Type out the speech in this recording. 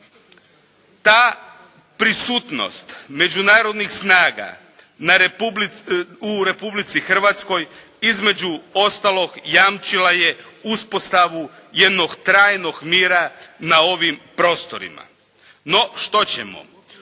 Ta prisutnost međunarodnih snaga na, u Republici Hrvatskoj između ostalog jamčila je uspostavu jednog trajnog mira na ovim prostorima. No što ćemo,